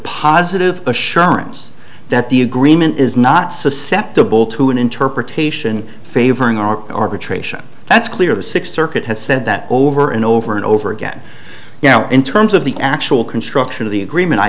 positive assurance that the agreement is not susceptible to an interpretation favoring our arbitration that's clear the sixth circuit has said that over and over and over again you know in terms of the actual construction of the agreement i